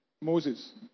Moses